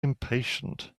impatient